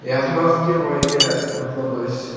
یَتھ منٛز کہِ واریاہ مطلب أسۍ